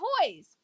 toys